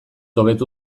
hobetu